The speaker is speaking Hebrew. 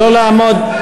לא לעמוד.